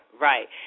right